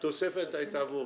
התוספת הייתה עבור